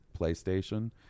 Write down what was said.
PlayStation